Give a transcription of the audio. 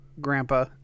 Grandpa